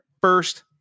first